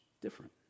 different